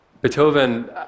Beethoven